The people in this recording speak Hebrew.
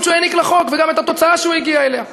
שהוא העניק לחוק וגם את התוצאה שהוא הגיע אליה.